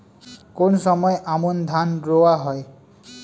কোন সময় আমন ধান রোয়া হয়?